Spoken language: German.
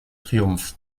triumph